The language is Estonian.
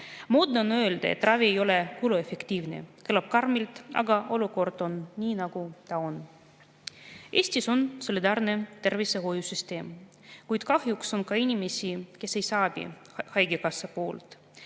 kallid. Moodne on öelda, et ravi ei ole kuluefektiivne. Kõlab karmilt, aga olukord on selline, nagu ta on. Eestis on solidaarne tervishoiusüsteem, kuid kahjuks on ka inimesi, kes ei saa abi haigekassast.